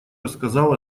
рассказал